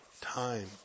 time